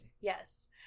Yes